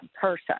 person